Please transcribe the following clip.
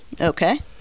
Okay